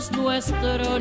nuestro